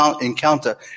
encounter